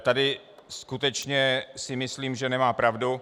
Tady si skutečně myslím, že nemá pravdu.